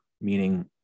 meaning